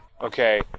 Okay